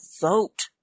vote